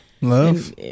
love